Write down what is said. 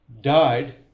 Died